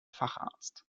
facharzt